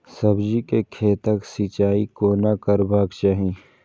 सब्जी के खेतक सिंचाई कोना करबाक चाहि?